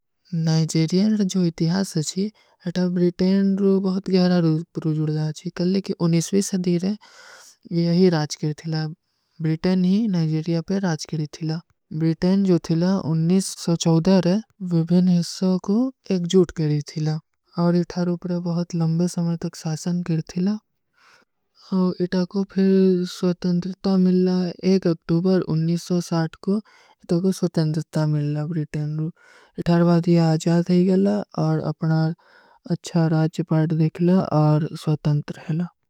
ନାଇଜେରିଯାନ ଜୋ ଇତିହାସ ହୈ ଅଥା ବ୍ରିତେନ ଜୋ ବହୁତ ଗ୍ଯାରା ରୂପରୋ ଜୂଡ ଥା ହୈ। କଲିକି ଉନିସଵୀ ସଦୀରେ ଯହୀ ରାଜକିର ଥୀଲା, ବ୍ରିତେନ ହୀ ନାଇଜେରିଯା ପେ ରାଜକିରୀ ଥୀଲା। ବ୍ରିତେନ ଜୋ ଥୀଲା, ଉନ୍ନୀସ ସୌ ଚୌଦହ ହୈ, ଵିଭୀନ ହିସ୍ସୋଂ କୋ ଏକ ଜୂଟ କରୀ ଥୀଲା। ଔର ଇତ୍ହାର ଉପରେ ବହୁତ ଲଂବେ ସମଯ ତକ ସାସନ ଗିର ଥୀଲା। ଔର ଇତ୍ହା କୋ ଫିର ସ୍ଵତଂଦ୍ରିତା ମିଲ ଲା, ଏକ ଅକ୍ଟୂବର, ଉନ୍ନୀସ ସୌ ସାଠ କୋ ଇତ୍ହା କୋ ସ୍ଵତଂଦ୍ରିତା ମିଲ ଲା ବ୍ରିତେନ ରୂପ। ଇତ୍ହାର ବାଦିଯା ଆଜାର ଥୀ ଲା, ଔର ଅପନା ଅଚ୍ଛା ରାଜ ପାର୍ଟ ଦେଖ ଲା, ଔର ସ୍ଵତଂଦ୍ର ହୈ ଲା।